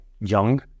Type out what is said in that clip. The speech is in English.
Young